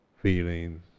feelings